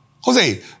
Jose